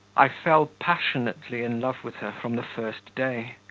i fell passionately in love with her from the first day,